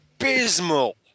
abysmal